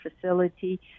facility